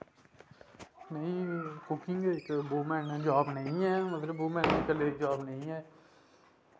cooking बिच woman job नेईं ऐ मतलब वूमन कल्लै दी जॉब नेईं ऐ